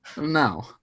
No